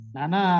Nana